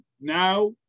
now